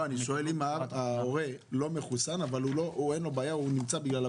אם ההורה לא מחוסן אבל הוא שוהה עם בנו שבבידוד.